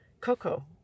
Coco